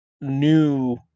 new